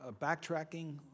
backtracking